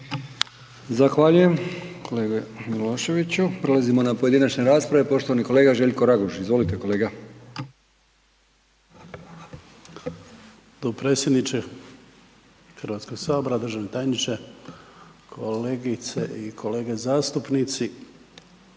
Zahvaljujem kolegi Miloševiću. Prelazimo na pojedinačne rasprave, poštovani kolega Željko Raguž. Izvolite kolega. **Raguž, Željko (HDZ)** Dopredsjedniče, državni tajniče, kolegice i kolege zastupnici,